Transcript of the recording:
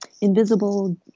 invisible